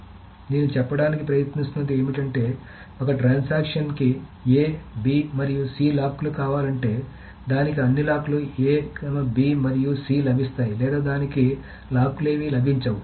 కాబట్టి నేను చెప్పడానికి ప్రయత్నిస్తున్నది ఏమిటంటే ఒక ట్రాన్సాక్ష న్ కి A B మరియు C లాక్ లు కావాలంటే దానికి అన్ని లాక్ లు A B మరియు C లభిస్తాయి లేదా దానికి లాక్ లు ఏవీ లభించవు